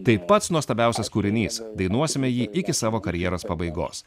tai pats nuostabiausias kūrinys dainuosime jį iki savo karjeros pabaigos